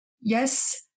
yes